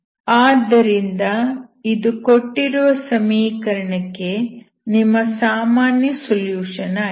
ಆದ್ದರಿಂದ ಇದು ಕೊಟ್ಟಿರುವ ಸಮೀಕರಣಕ್ಕೆ ನಿಮ್ಮ ಸಾಮಾನ್ಯ ಸೊಲ್ಯೂಷನ್ ಆಗಿದೆ